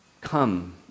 come